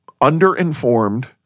under-informed